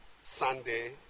Sunday